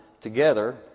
together